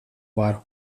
varu